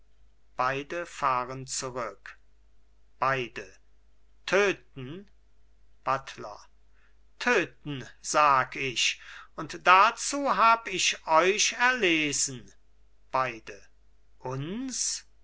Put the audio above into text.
beide fahren zurück beide töten buttler töten sag ich und dazu hab ich euch erlesen beide uns